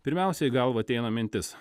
pirmiausia į galvą ateina mintis